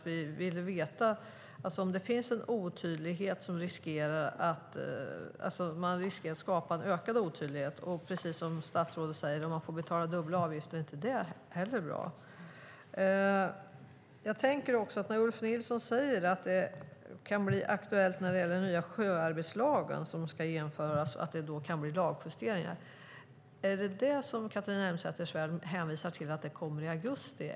Vi ville veta om det finns risk för en ökad otydlighet. Precis som statsrådet säger är dubbla avgifter inte heller bra. Ulf Nilsson sade att det i fråga om den nya sjöarbetslagen kan bli aktuellt med lagjusteringar. Är det de justeringarna Catharina Elmsäter-Svärd menar ska komma i augusti?